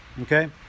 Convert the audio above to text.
okay